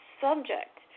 subject